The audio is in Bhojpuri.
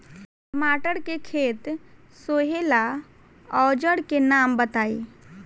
टमाटर के खेत सोहेला औजर के नाम बताई?